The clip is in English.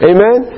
Amen